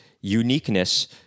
Uniqueness